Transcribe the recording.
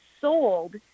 sold